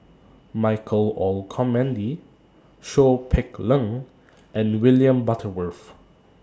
Michael Olcomendy Seow Peck Leng and William Butterworth